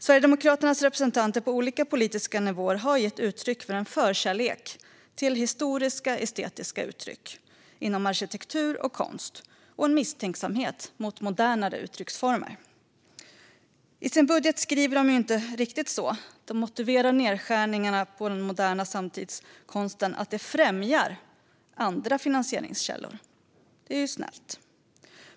Sverigedemokraternas representanter på olika politiska nivåer har gett uttryck för en förkärlek för historiska estetiska uttryck inom arkitektur och konst och en misstänksamhet mot modernare uttrycksformer. I sin budget skriver de inte riktigt på det sättet. De motiverar nedskärningarna på den moderna samtidskonsten med att det främjar andra finansieringskällor. Det är ju snällt.